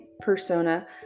persona